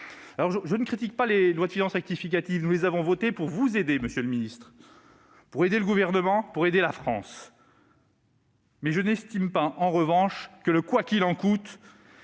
! Je ne critique pas les lois de finances rectificatives : nous les avons votées pour vous aider, monsieur le ministre, pour aider le Gouvernement et pour aider la France. En revanche, je n'estime pas que le « quoi qu'il en coûte »